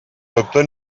doctor